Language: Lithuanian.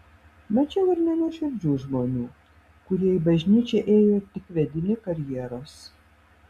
mačiau ir nenuoširdžių žmonių kurie į bažnyčią ėjo tik vedini karjeros